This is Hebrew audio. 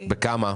בכמה?